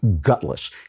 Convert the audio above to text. gutless